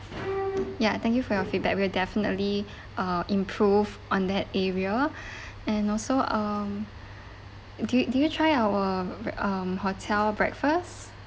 ya thank you for your feedback we'll definitely uh improve on that area and also um do you do you try our um hotel breakfast